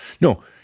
No